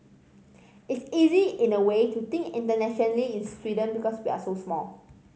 it's easy in a way to think internationally in Sweden because we're so small